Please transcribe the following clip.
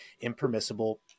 impermissible